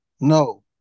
No